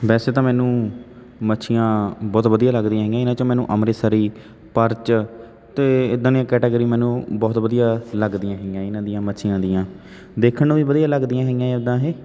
ਵੈਸੇ ਤਾਂ ਮੈਨੂੰ ਮੱਛੀਆਂ ਬਹੁਤ ਵਧੀਆ ਲੱਗਦੀਆਂ ਹੈਗੀਆਂ ਇਹਨਾਂ 'ਚੋਂ ਮੈਨੂੰ ਅੰਮ੍ਰਿਤਸਰੀ ਪਰਚ ਅਤੇ ਇੱਦਾਂ ਦੀਆਂ ਕੈਟਾਗਰੀ ਮੈਨੂੰ ਬਹੁਤ ਵਧੀਆ ਲੱਗਦੀਆਂ ਹੈਗੀਆਂ ਇਹਨਾਂ ਦੀਆਂ ਮੱਛੀਆਂ ਦੀਆਂ ਦੇਖਣ ਨੂੰ ਵੀ ਵਧੀਆ ਲੱਗਦੀਆਂ ਹੈਗੀਆਂ ਇੱਦਾਂ ਇਹ